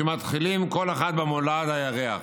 שמתחילים כל אחד במולד הירח.